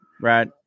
Right